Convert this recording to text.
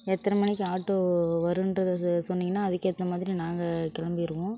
எத்தனை மணிக்கு ஆட்டோ வரும்றத சொன்னிங்கன்னால் அதுக்கு ஏற்றமாதிரி நாங்கள் கிளம்பிருவோம்